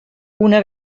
una